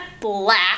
black